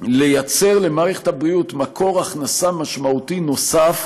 לייצר למערכת הבריאות מקור הכנסה משמעותי נוסף,